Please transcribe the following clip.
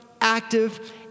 active